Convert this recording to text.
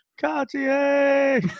Cartier